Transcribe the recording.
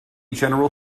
general